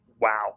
Wow